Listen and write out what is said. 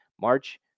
March